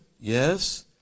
Yes